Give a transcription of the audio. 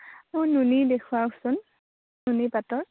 মোক নুনি দেখুওৱাকচোন নুনি পাটৰ